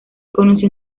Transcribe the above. conoció